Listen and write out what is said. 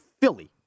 Philly